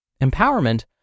Empowerment